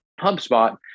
HubSpot